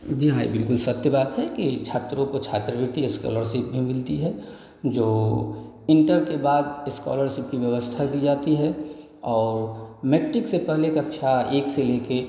जी हाँ यह बिल्कुल सत्य बात है कि छात्रों को छात्रवृत्ति इस्कौलरसिप भी मिलती है जो इंटर के बाद इस्कौलरसिप की व्यवस्था की जाती है और मैट्रिक से पहले कक्षा एक से ले कर